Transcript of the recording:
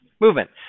movement